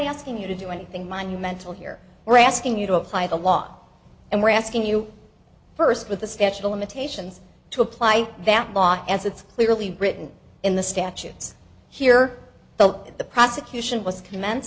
asking you to do anything monumental here we're asking you to apply the law and we're asking you first with the statute of limitations to apply that law as it's clearly written in the statutes here so the prosecution was